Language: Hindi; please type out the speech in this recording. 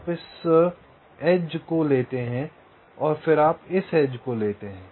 आप इस एज को लेते हैं फिर आप इस एज को लेते हैं